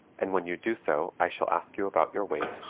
and when you do so i shall ask you about your weight,